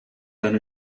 tan